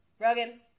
Rogan